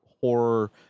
horror